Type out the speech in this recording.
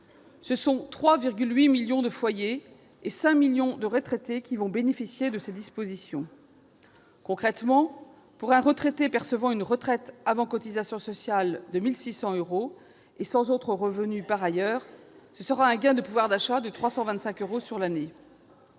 Ce sont 3,8 millions de foyers, 5 millions de retraités, qui vont bénéficier de ces dispositions. Concrètement, pour un retraité percevant une retraite, avant cotisations sociales, de 1 600 euros et sans autre revenu par ailleurs, ce sera un gain de pouvoir d'achat de 325 euros sur l'année.